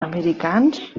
americans